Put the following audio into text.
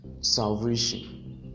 salvation